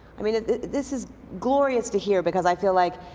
i mean this is glorious to hear because i feel like,